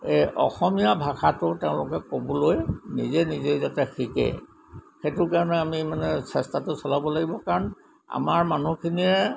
এই অসমীয়া ভাষাটো তেওঁলোকে ক'বলৈ নিজে নিজে যাতে শিকে সেইটো কাৰণে আমি মানে চেষ্টাটো চলাব লাগিব কাৰণ আমাৰ মানুহখিনিয়ে